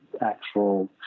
actual